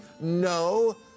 No